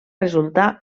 resultar